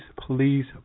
please